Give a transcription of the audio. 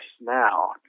now